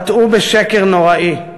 חטאו בשקר נוראי.